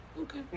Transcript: okay